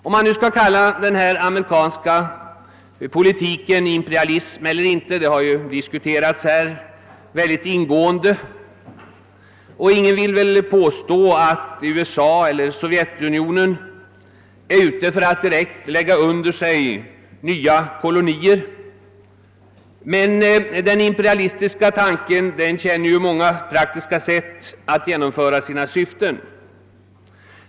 Om man skall kalla denna amerikanska politik för imperialism eller inte har diskuterats här synnerligen ingående. Ingen vill väl påstå att USA eller Sovjetunionen skulle vara ute efter att vilja lägga under sig nya kolonier, men den imperialistiska tanken känner många praktiska sätt att genomföra sina syften.